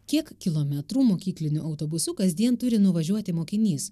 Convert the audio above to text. kiek kilometrų mokykliniu autobusu kasdien turi nuvažiuoti mokinys